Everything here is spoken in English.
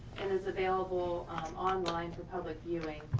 and is available online for public viewing.